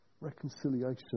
reconciliation